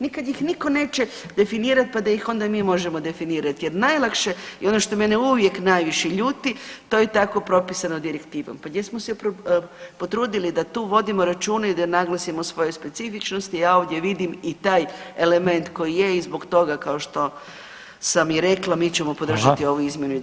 Nikad ih niko neće definirat pa da ih onda mi možemo definirati jer najlakše i ono što mene uvijek najviše ljuti to je tak propisano direktivom, pa gdje smo se potrudili da tu vodimo računa i da naglasimo svoje specifičnosti, ja ovdje vidim i taj element koji je i zbog toga kao što sam i rekla mi ćemo podržati ovu izmjenu i dopunu zakona.